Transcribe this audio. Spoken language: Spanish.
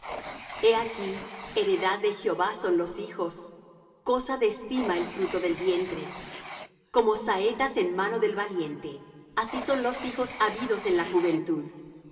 he aquí heredad de jehová son los hijos cosa de estima el fruto del vientre como saetas en mano del valiente así son los hijos habidos en la juventud